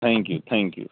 thank you thank you